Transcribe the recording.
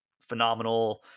phenomenal